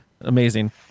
Amazing